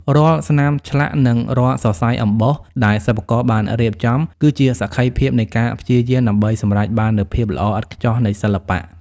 រាល់ស្នាមឆ្លាក់ និងរាល់សរសៃអំបោះដែលសិប្បករបានរៀបចំ គឺជាសក្ខីភាពនៃការព្យាយាមដើម្បីសម្រេចបាននូវភាពល្អឥតខ្ចោះនៃសិល្បៈ។